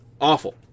Awful